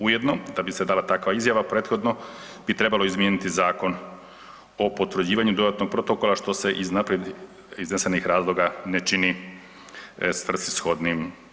Ujedno da bi se dala takva izjava prethodno bi trebalo izmijeniti Zakon o potvrđivanju dodatnog protokola što se iz naprijed iznesenih razloga ne čini svrsishodnim.